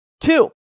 Two